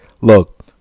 look